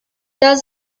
does